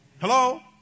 Hello